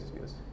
yes